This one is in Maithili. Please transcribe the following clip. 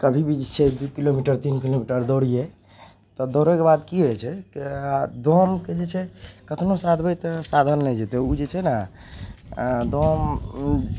कभी भी जे छै दू किलोमीटर तीन किलोमीटर दौड़ियै तऽ दौड़यके बाद कि होइ छै कि दमके जे छै कतनो साधबइ तऽ साधल नहि जेतय उ जे छैने दम